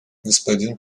господин